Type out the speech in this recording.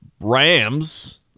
Rams